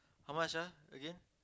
how much ah again